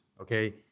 okay